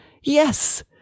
Yes